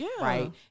right